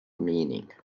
meaning